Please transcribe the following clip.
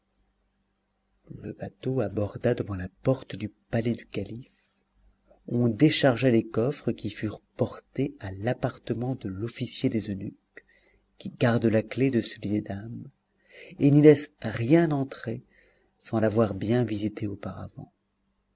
le bateau aborda devant la porte du palais du calife on déchargea les coffres qui furent portés à l'appartement de l'officier des eunuques qui garde la clef de celui des dames et n'y laisse rien entrer sans l'avoir bien visité auparavant